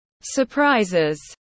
surprises